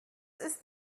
ist